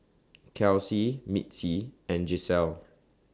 Kelsie Mitzi and Giselle